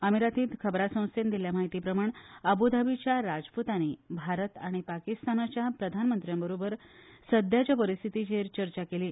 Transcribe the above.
अमिरात खबरां संस्थेन दिल्ले माहिती प्रमाण अब्रधाबीच्या राजपूतांनी भारत आनी पाकिस्तानाच्या प्रधानमंत्र्या बरोबर सध्याचे परिस्थितीचेर चर्चा केली